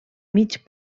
mig